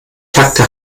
takte